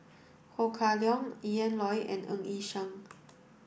Ho Kah Leong Ian Loy and Ng Yi Sheng